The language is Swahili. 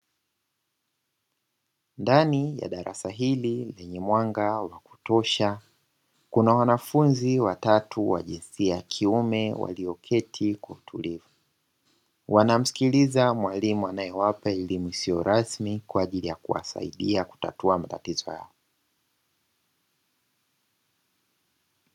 Ndani ya darasa hili lenye mwanga wa kutosha kuna wanafunzi watatu wa jinsia ya kiume walioketi kwa utulivu, wanamsikiliza mwalimu anayewapa elimu isiyo rasmi kwa ajili ya kuwasaidia kutatua matatizo yao.